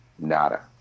nada